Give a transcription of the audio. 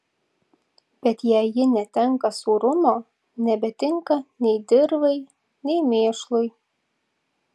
bet jei ji netenka sūrumo nebetinka nei dirvai nei mėšlui